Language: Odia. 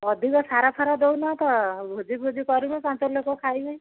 ଅଧିକ ସାର ଫାର ଦଉନ ତ ଭୋଜି ଭୁଜି କରିବ ପାଞ୍ଚ ଲୋକ ଖାଇବେ